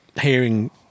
hearing